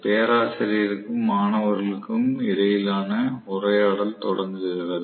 பேராசிரியருக்கும் மாணவர்களுக்கும் இடையிலான உரையாடல் தொடங்குகிறது